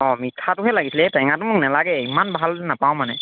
অ মিঠাটোহে লাগিছিলে এই টেঙাটো মোক নেলাগে ইমান ভাল নাপাওঁ মানে